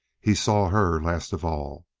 he saw her last of all.